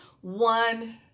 one